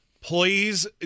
Please